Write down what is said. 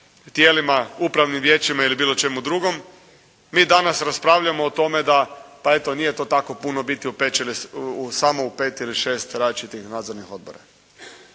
tijelima, upravnim vijećima ili u bilo čemu drugom. Mi danas raspravljamo o tome da pa eto nije to tako biti puno samo u pet ili šest različitih nadzornih odbora.